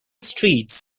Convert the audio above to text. streets